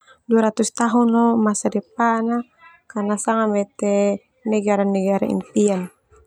Dua ratus tahun lo masa depan ah, karena sanga mete negara- negara impian.